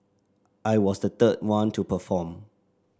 I was the third one to perform